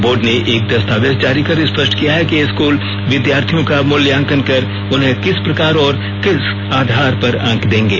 board ने एक दस्तावेज जारी कर स्पष्ट किया है कि स्कूल विद्यार्थियों का मूल्यांकन कर उन्हें किस प्रकार और किस आधार पर अंक देंगे